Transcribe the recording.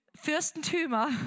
Fürstentümer